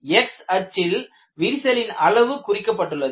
x அச்சில் விரிசலின் அளவு குறிக்கப்பட்டுள்ளது